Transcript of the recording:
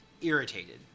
irritated